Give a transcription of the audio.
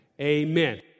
amen